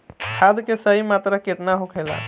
खाद्य के सही मात्रा केतना होखेला?